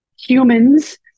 humans